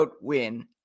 win